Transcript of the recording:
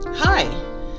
Hi